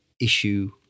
issue